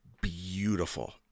beautiful